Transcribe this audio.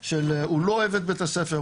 כשהוא לא אוהב את בית הספר,